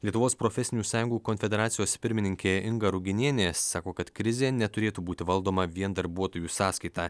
lietuvos profesinių sąjungų konfederacijos pirmininkė inga ruginienė sako kad krizė neturėtų būti valdoma vien darbuotojų sąskaita